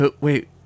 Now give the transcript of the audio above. Wait